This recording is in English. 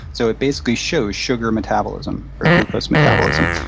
so it basically shows sugar metabolism or glucose metabolism.